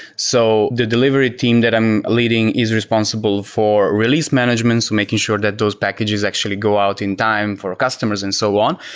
so the delivery team that i'm leading is responsible for release managements. making sure that those packages actually go out in time for customers and so on,